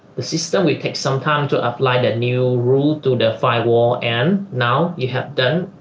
the system we take some time to apply the new rule to the firewall and now you have done